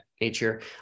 nature